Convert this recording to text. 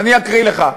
אז אני אקריא לך: